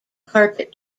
carpet